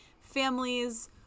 families